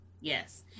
yes